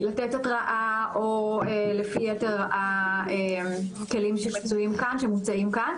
לתת התראה או לפי יתר הכלים שמוצעים כאן.